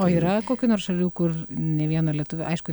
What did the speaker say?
o yra kokių nors šalių kur nei vieno lietuvio aišku